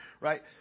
right